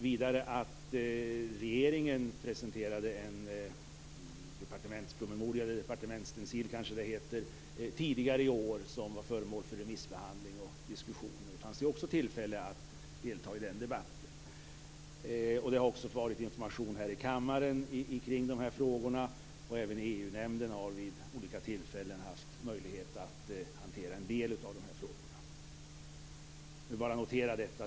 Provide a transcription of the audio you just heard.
Vidare presenterade regeringen en departementspromemoria, eller departementsstencil, tidigare i år som var föremål för remissbehandling och diskussion. Det fanns då också tillfälle att delta i den debatten. Det har också varit information här i kammaren om dessa frågor, och även EU-nämnden har vid olika tillfällen haft möjlighet att hantera en del av dessa frågor. Jag vill bara notera detta.